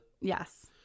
Yes